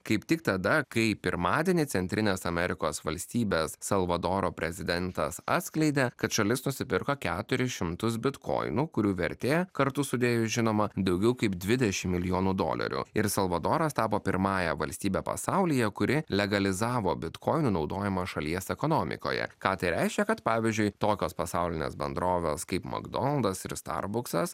kaip tik tada kai pirmadienį centrinės amerikos valstybės salvadoro prezidentas atskleidė kad šalis nusipirko keturis šimtus bitkoinų kurių vertė kartu sudėjus žinoma daugiau kaip dvidešimt milijonų dolerių ir salvadoras tapo pirmąja valstybe pasaulyje kuri legalizavo bitkoinų naudojimą šalies ekonomikoje ką tai reiškia kad pavyzdžiui tokios pasaulinės bendrovės kaip makdonaldas ir starbuksas